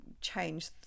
change